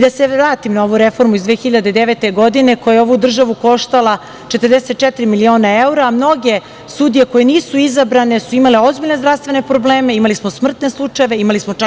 Da se vratim na ovu reformu iz 2009. godine, koja je ovu državu koštala 44 miliona evra, a mnoge sudije koje nisu izabrane su imale ozbiljne zdravstvene probleme, imali smo smrtne slučajeve